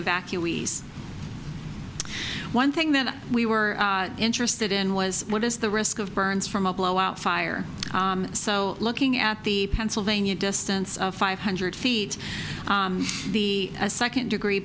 evacuees one thing that we were interested in was what is the risk of burns from a blowout fire so looking at the pennsylvania distance of five hundred feet the second degree